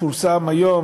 פורסם היום